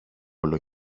όλο